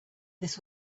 this